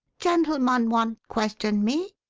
gentleman want question me?